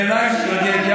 בעיניי זו טרגדיה,